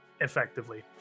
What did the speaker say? effectively